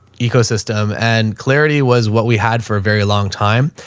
ecosystem and clarity was what we had for a very long time.